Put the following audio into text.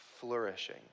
flourishing